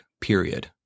period